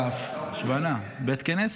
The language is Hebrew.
כ' שווא נע, בית כנסת.